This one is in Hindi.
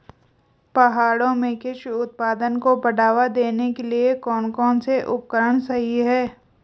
पहाड़ों में कृषि उत्पादन को बढ़ावा देने के लिए कौन कौन से उपकरण सही हैं?